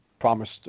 promised